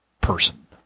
person